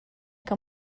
que